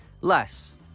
Less